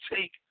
take